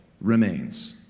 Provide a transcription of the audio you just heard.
remains